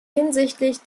hinsichtlich